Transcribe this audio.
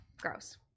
gross